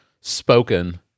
spoken